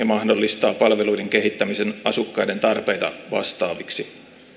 mahdollistaa palveluiden kehittämisen asukkaiden tarpeita vastaaviksi